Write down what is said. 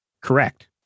Correct